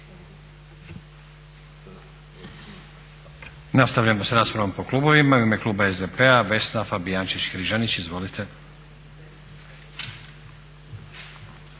Nastavljamo sa raspravom po klubovima i u ime kluba SDP-a Vesna Fabijančić-Križanić. Izvolite.